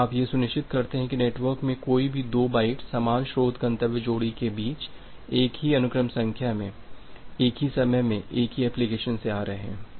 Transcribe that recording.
और आप यह सुनिश्चित करते हैं कि नेटवर्क में कोई भी दो बाइट्स समान स्रोत गंतव्य जोड़ी के बीच एक ही अनुक्रम संख्या में एक ही समय में एक ही एप्लिकेशन से आ रहे हैं